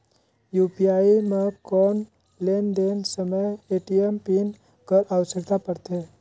UPI म कौन लेन देन समय ए.टी.एम पिन कर आवश्यकता पड़थे?